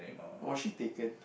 was she taken